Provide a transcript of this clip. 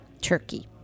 turkey